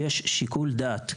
יש שיקול דעת.